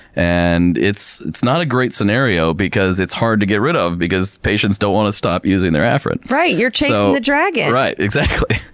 and it's it's not a great scenario because it's hard to get rid of because patients don't want to stop using their afrin. right? you're chasing that dragon! exactly.